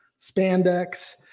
spandex